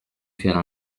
faire